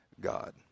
God